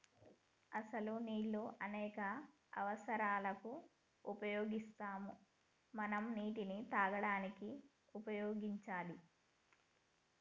అసలు నీళ్ళు అనేక అవసరాలకు ఉపయోగిస్తాము మనం నీటిని తాగడానికి ఉపయోగించాలి